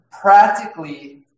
practically